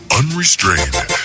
unrestrained